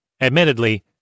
Admittedly